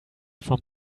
from